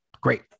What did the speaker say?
great